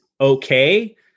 okay